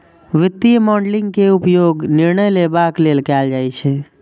वित्तीय मॉडलिंग के उपयोग निर्णय लेबाक लेल कैल जाइ छै